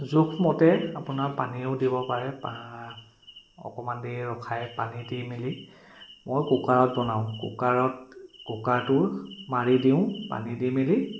জোখমতে আপোনাৰ পানীও দিব পাৰে অকণমান দেৰি ৰখাই পানী দি মেলি মই কুকাৰত বনাওঁ কুকাৰত কুকাৰটো মাৰি দিওঁ মাৰি দি মেলি